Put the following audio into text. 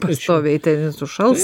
pastoviai ten jis sušals